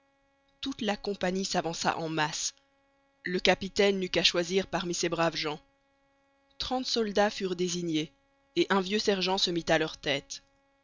toute la compagnie s'avança en masse le capitaine n'eut qu'à choisir parmi ces braves gens trente soldats furent désignés et un vieux sergent se mit à leur tête